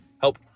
help